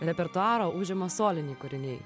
repertuaro užima soliniai kūriniai